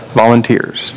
volunteers